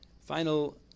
Final